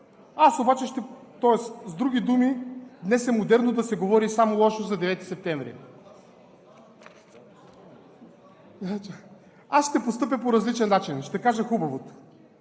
напускащи депутати. С други думи – днес е модерно да се говори само лошо за 9 септември. Аз ще постъпя по различен начин, ще кажа хубавото.